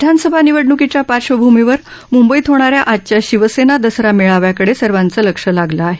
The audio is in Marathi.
विधानसभा निवडणुकीच्या पार्श्वभूमीवर मुंबईत होणा या आजच्या शिवसेना दसरा मेळाव्याकडे सर्वांचे लक्ष लागलं आहे